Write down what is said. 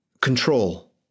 control